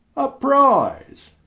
a prize!